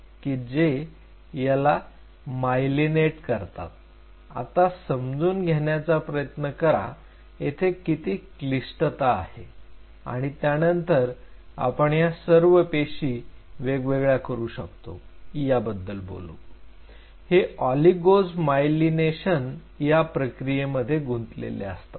की जे याला मायलिनेट करतात आता समजून घेण्याचा प्रयत्न करा येथे किती क्लिष्टता आहे आणि त्यानंतर आपण या सर्व पेशी वेगळ्या कशा करू शकतो याबद्दल बोलू हे ऑलिगोज मायलिनेशन या प्रक्रियेमध्ये गुंतलेले असतात